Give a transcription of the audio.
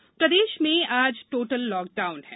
lockdown प्रदेश में आज टोटल लॉकडाउन है